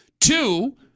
Two